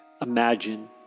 Imagine